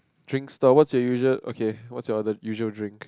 drink stall what's your usual okay what's your other usual drink